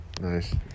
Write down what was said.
Nice